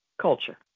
culture